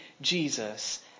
Jesus